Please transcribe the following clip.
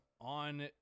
on